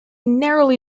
narrowly